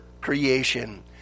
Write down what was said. creation